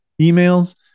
emails